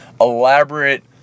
elaborate